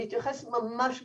אני אתייחס ממש בקצרה,